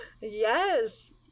Yes